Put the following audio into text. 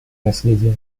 наследия